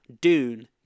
Dune